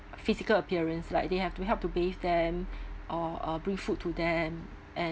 physical appearance like they have to help to bathe them or uh bring food to them and